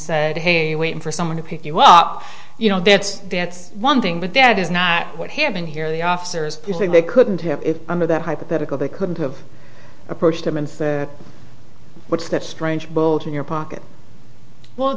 said hey wait for someone to pick you up you know that's that's one thing but that is not what happened here the officers saying they couldn't have it under that hypothetical they couldn't have approached him in which that strange bullet in your pocket well